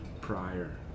prior